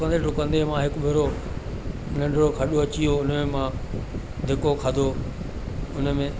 डुकंदे डुकंदे मां हिकु भेरो नंढिड़ो खॾो अची वियो उन में मां धिको खाधो हुन में